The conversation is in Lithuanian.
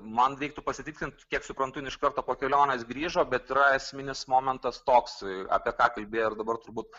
man reiktų pasitikslint kiek suprantu jinai iš karto po kelionės grįžo bet yra esminis momentas toks apie ką kalbėjo ir dabar turbūt